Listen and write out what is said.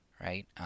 right